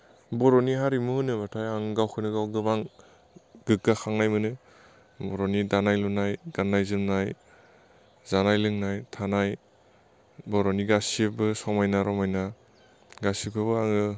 बर'नि हारिमु होनोबाथाय आं गावखौनो गाव गोबां गोग्गाखांनाय मोनो बर'नि दानाइ लुनाय गान्नाय जोमनाय जानाय लोंनाय थानाय बर'नि गासिब्बो समायना रमायना गासिखौबो आङो